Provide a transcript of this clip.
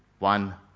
One